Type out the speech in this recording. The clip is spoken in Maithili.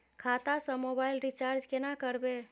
खाता स मोबाइल रिचार्ज केना करबे?